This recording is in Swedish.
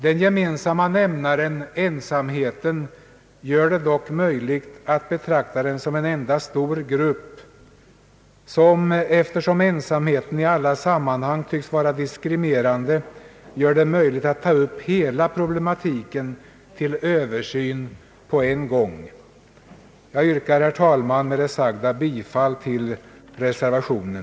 Den gemensamma nämnaren — ensamheten — gör det dock möjligt att betrakta dem som en enda stor grupp. Eftersom ensamheten i alla sammanhang tycks vara diskriminerande bör man kunna ta upp hela problematiken till översyn på en gång. Jag yrkar, herr talman, med det anförda bifall till reservationen,